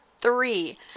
three